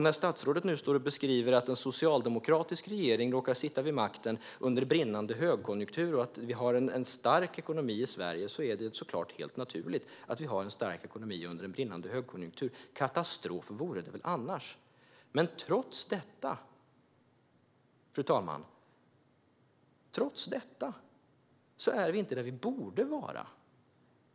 När statsrådet nu säger att en socialdemokratisk regering råkar sitta vid makten under brinnande högkonjunktur och att vi har en stark ekonomi i Sverige är det såklart helt naturligt. Det vore katastrof om vi inte hade en stark ekonomi under brinnande högkonjunktur. Trots detta, fru talman, är vi inte där vi borde vara.